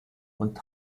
und